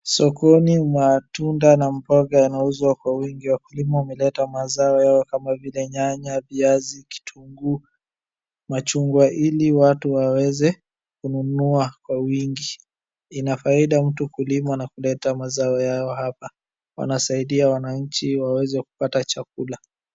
Sokoni mwa tunda na mboga yanauzwa kwa wingi. Wakulima wameleta mazao yao kama vile nyanya, viazi, kitunguu, machungwa ili watu waweze kununua kwa wingi. Ina faida mtu kulima na kuleta mazao yao hapa. Wanasaidia wananchi waweze kupata chakula.